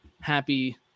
happy